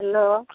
hello